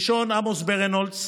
הראשון, עמוס ברנהולץ,